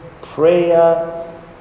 prayer